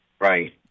Right